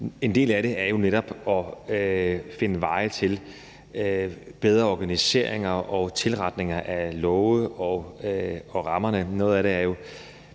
1, jo netop er at finde veje til bedre organisering og tilretning af love og rammer. Noget af det er jo